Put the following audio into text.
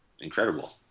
incredible